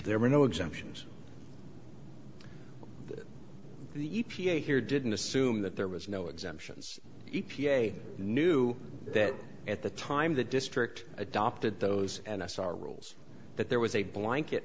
there were no exemptions that the e p a here didn't assume that there was no exemptions e p a knew that at the time the district adopted those and us our rules that there was a blanket